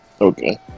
Okay